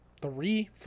Three